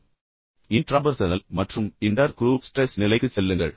ஆனால் பின்னர் இன்ட்ராபர்சனல் மற்றும் பின்னர் இன்டர் குரூப் ஸ்ட்ரெஸ்ஸ் நிலைக்குச் செல்லுங்கள்